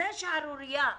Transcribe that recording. זו שערורייה.